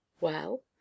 Well